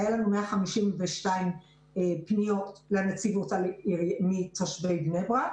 היו לנו 152 פניות לנציבות שהגיעו מתושבי בני ברק,